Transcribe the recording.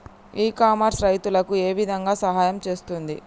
ఇ commerce రైతులకు ఏ విధంగా సహాయం చేస్తుంది?